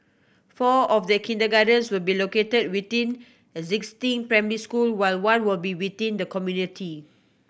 four of the kindergartens will be located within existing primary school while one will be within the community